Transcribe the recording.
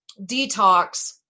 detox